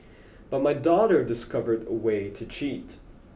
but my daughter discovered a way to cheat